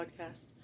podcast